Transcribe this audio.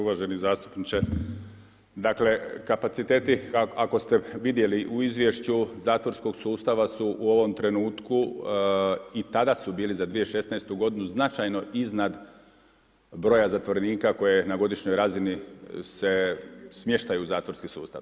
Uvaženi zastupniče, dakle, kapaciteti, ako ste vidjeli u izvješću zatvorskog sustava su u ovom trenutku i tada su bili za 2016., značajno iznad broja zatvorenika koje na godišnjoj razini se smještaju u zatvorski sustav.